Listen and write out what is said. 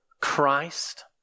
Christ